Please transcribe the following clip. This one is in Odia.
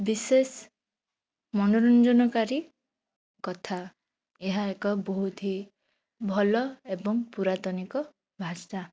ବିଶେଷ ମନରଞ୍ଜନକାରି କଥା ଏହା ଏକ ବହୁତ ହିଁ ଭଲ ଏବଂ ପୂରାତ୍ତନିକ ଭାଷା